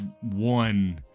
one